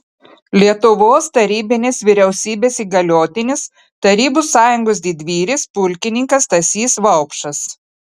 lietuvos tarybinės vyriausybės įgaliotinis tarybų sąjungos didvyris pulkininkas stasys vaupšas